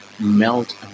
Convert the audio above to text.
melt